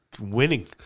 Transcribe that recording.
winning